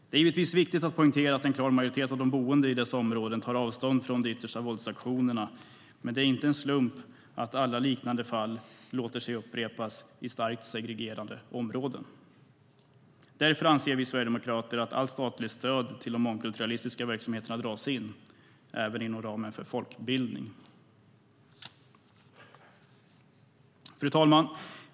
Det är givetvis viktigt att poängtera att en klar majoritet av de boende i dessa områden tar avstånd från de yttersta våldsaktionerna, men det är inte en slump att alla liknande fall låter sig upprepas i starkt segregerade områden. Därför anser vi sverigedemokrater att allt statligt stöd till mångkulturalistiska verksamheter ska dras in, även inom ramen för folkbildning. Fru talman!